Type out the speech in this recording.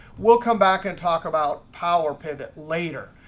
we'll come back and talk about power pivot later.